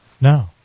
No